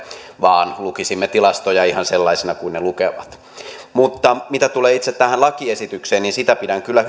vaan lukisimme tilastoja ihan sellaisina kuin ne lukevat mutta mitä tulee itse tähän lakiesitykseen niin sitä pidän kyllä